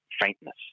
faintness